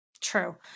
True